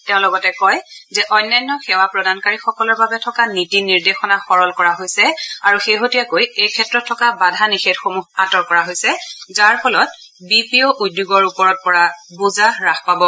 তেওঁ লগতে কয় যে অন্যান্য সেৱা প্ৰদানকাৰীসকলৰ বাবে থকা নীতি নিৰ্দেশনা সৰল কৰা হৈছে আৰু শেহতীয়াকৈ এইক্ষেত্ৰত থকা বাধা নিষেধসমূহ আঁতৰ কৰা হৈছে যাৰ ফলত বি পি অ উদ্যোগৰ ওপৰত পৰা বোজা হ্ৱাস পাব